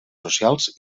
socials